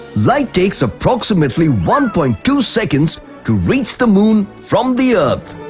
light takes approximately one point two seconds to reach the moon from the earth!